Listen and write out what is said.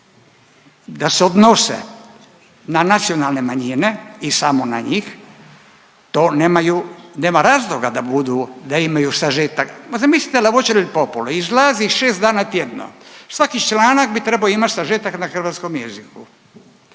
da se odnose na nacionalne manjine i samo na njih to nemaju, nema razloga da budu, da imaju sažetak. Ma zamislite La Voce del Popolo, izlazi 6 dana tjedno, svaki članak bi trebao imati sažetak na hrvatskom jeziku.